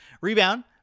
rebound